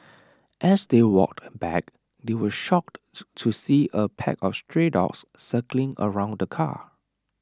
as they walked back they were shocked to see A pack of stray dogs circling around the car